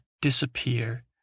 disappear